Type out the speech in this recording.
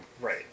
Right